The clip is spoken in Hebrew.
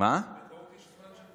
בקהוט יש, של זמן.